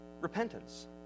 repentance